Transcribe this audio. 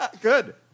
Good